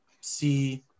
see